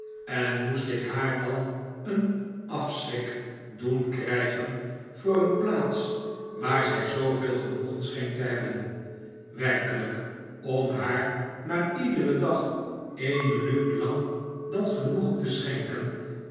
en moest ik haar dan een afschrik doen krijgen voor een plaats waar zij zooveel genoegen scheen te hebben werkelijk om haar maar iederen dag een minuut lang dat genoegen te schenken